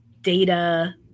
data